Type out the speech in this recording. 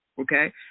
okay